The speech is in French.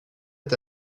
est